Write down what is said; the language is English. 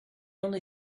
only